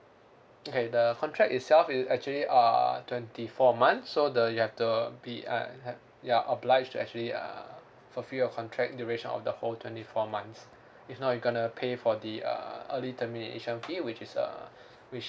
okay the contract itself is actually uh twenty four months so the you have to be err ha~ ya obliged to actually uh fulfil your contract duration of the whole twenty four months if not you gonna pay for the uh early termination fee which is uh which